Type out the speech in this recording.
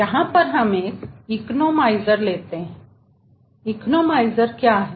यहां पर हम एक इकोनोमाइजर लेते हैं तो इकोनोमाइजर क्या है